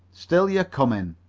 still you're coming.